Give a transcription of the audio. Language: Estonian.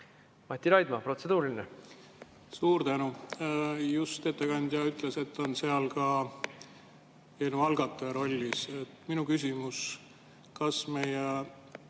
Mati Raidma, protseduuriline! Suur tänu! Just ettekandja ütles, et ta on seal puldis ka eelnõu algataja rollis. Minu küsimus: kas meie